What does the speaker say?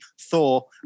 Thor